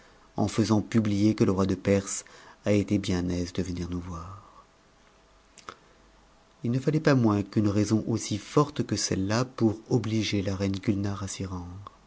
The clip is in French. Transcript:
en faisant publier que le roi de perse a été bien aise de venir nous voir ne fallait pas moins qu'une raison aussi forte que celle-là pour obliger la